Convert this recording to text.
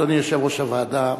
אדוני יושב-ראש הוועדה,